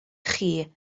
chi